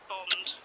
Bond